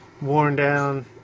worn-down